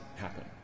happen